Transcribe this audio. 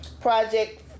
Project